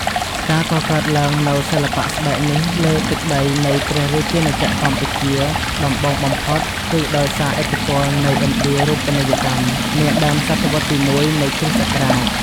ការកកើតឡើងនូវសិល្បៈស្បែកនេះលើទឹកដីនៃព្រះរាជាណាចក្រកម្ពុជាដំបូងបំផុត គឺដោយសារឥទ្ធិពលនៃ ឥណ្ឌារូបនីយកម្ម នាដើមសតវត្សទី១ នៃគ្រិស្តសករាជ។